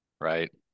Right